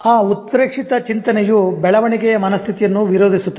ಆ ಉತ್ಪ್ರೇಕ್ಷಿತ ಚಿಂತನೆಯು ಬೆಳವಣಿಗೆಯ ಮನಸ್ಥಿತಿಯನ್ನು ವಿರೋಧಿಸುತ್ತದೆ